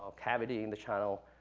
cavity in the channel,